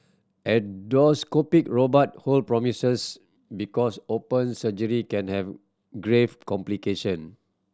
endoscopic robot hold promises because open surgery can have grave complication